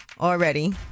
already